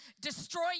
destroy